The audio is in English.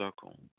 circle